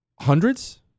hundreds